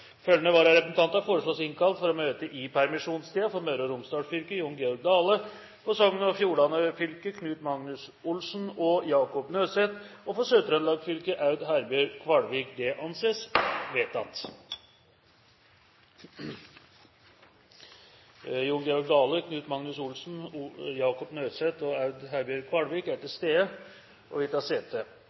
Følgende vararepresentanter innkalles for å møte i permisjonstiden: For Møre og Romsdal fylke: Jon Georg Dale For Sogn og Fjordane fylke: Knut Magnus Olsen og Jacob Nødseth For Sør-Trøndelag fylke: Aud Herbjørg Kvalvik Jon Georg Dale, Knut Magnus Olsen, Jacob Nødseth og Aud Herbjørg Kvalvik er til stede og vil ta sete.